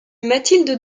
mathilde